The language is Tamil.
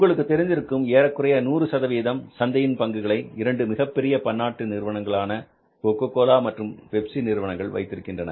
உங்களுக்கு தெரிந்திருக்கும் ஏறக்குறைய 100 சந்தையில் பங்குகளை 2 மிகப்பெரிய பன்னாட்டு நிறுவனங்களான கொக்கோகோலா மற்றும் பெப்ஸி நிறுவனங்கள் வைத்திருக்கின்றன